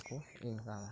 ᱯᱨᱚᱪᱩᱨ ᱴᱟᱠᱟ ᱠᱚ ᱤᱱᱠᱟᱢᱟ